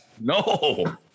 No